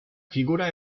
figura